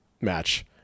match